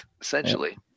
essentially